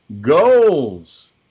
goals